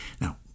Now